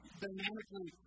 dynamically